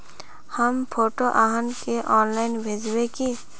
हम फोटो आहाँ के ऑनलाइन भेजबे की?